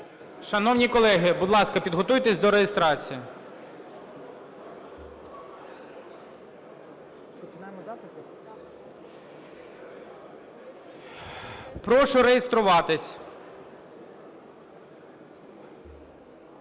Шановні колеги, будь ласка, підготуйтесь до реєстрації. Прошу реєструватись.